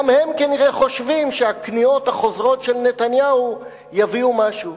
גם הם כנראה חושבים שהכניעות החוזרות של נתניהו יביאו משהו.